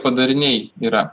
padariniai yra